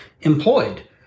employed